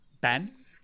Ben